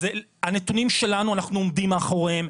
הנתונים שלנו אנחנו עומדים מאחוריהם,